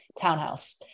townhouse